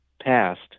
passed